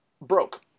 Broke